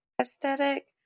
aesthetic